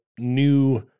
new